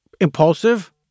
impulsive